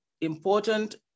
important